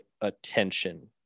attention